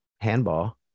Handball